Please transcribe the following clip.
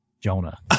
Jonah